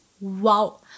wow